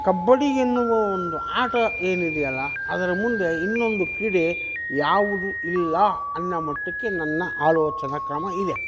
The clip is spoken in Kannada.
ಕಬ್ಬಡಿ ಎನ್ನುವ ಒಂದು ಆಟ ಏನಿದೆಯಲ್ಲ ಅದರ ಮುಂದೆ ಇನ್ನೊಂದು ಕ್ರೀಡೆ ಯಾವುದು ಇಲ್ಲ ಅನ್ನೋ ಮಟ್ಟಕ್ಕೆ ನನ್ನ ಆಲೋಚನಾ ಕ್ರಮ ಇದೆ